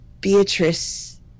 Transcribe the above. Beatrice